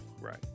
Right